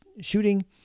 shooting